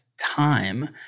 time